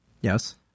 Yes